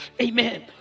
Amen